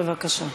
בבקשה,